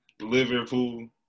Liverpool